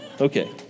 okay